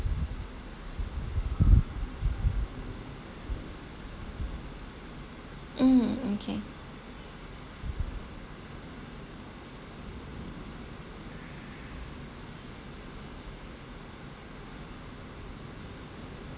mm okay